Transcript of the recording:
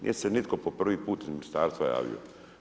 Nije se nitko po prvi put iz Ministarstva javio.